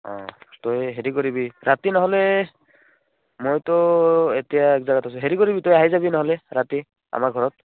অঁ তই হেৰি কৰিবি ৰাতি নহ'লে মইতো এতিয়া এক জেগাত আছোঁ হেৰি কৰিবি তই আহি যাবি নহ'লে ৰাতি আমাৰ ঘৰত